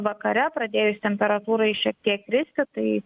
vakare pradėjus temperatūrai šiek tiek kristi tai